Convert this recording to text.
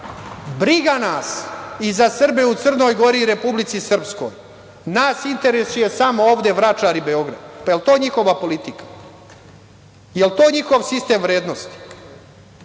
briga nas i za Srbe u Crnoj Gori i Republici Srpskoj. Nas interesuje samo ovde Vračar i Beograd. Pa, da li je to njihova politika? Da li je to njihov sistem vrednosti?